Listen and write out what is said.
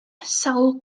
sawl